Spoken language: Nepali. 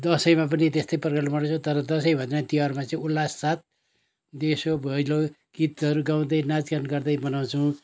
दसैँमा पनि त्यस्तै प्रकारले मानउछौँ तर दसैँभन्दा तिहारमा चाहिँ उल्लाससाथ देउसी भैलो गीतहरू गाउँदै नाँचगान गर्दे मनाउँछौँ